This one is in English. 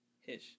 Hish